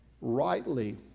rightly